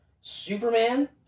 Superman